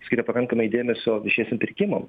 skiria pakankamai dėmesio viešiesiem pirkimam